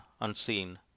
unseen